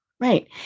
Right